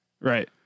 Right